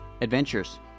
Adventures